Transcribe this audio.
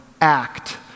Act